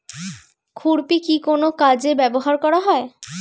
খুরপি কি কোন কাজে ব্যবহার করা হয়?